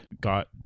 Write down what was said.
got